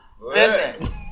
Listen